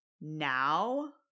now